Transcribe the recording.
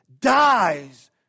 dies